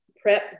prep